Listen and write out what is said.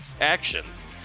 actions